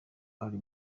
ari